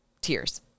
tears